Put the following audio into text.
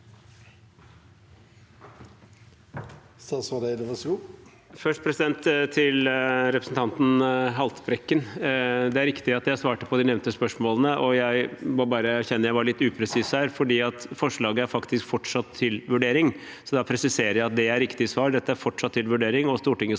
Først til re- presentanten Haltbrekken: Det er riktig at jeg svarte på de nevnte spørsmålene, og jeg må bare erkjenne at jeg var litt upresis, for forslaget er faktisk fortsatt til vurdering. Jeg presiserer at det er riktig svar. Dette er fortsatt til vurdering, og Stortinget